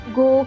go